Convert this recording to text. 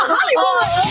Hollywood